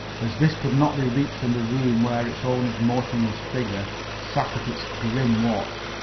as this could not be reached from the room where its owner's motionless figure sat at its grim watch,